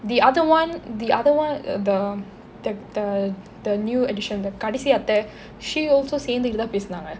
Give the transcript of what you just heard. the other one the other one the the the the new edition the கடைசி அத்தை:kadaisi atthai she also சேர்ந்துக்குட்டு தான் பேசுனாங்க:sernthukuttu thaan pesunaanga